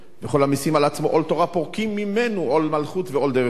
וכל המשים על עצמו עול תורה פורקים ממנו עול מלכות ועול דרך ארץ.